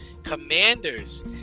Commanders